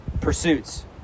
pursuits